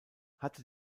hatte